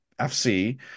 FC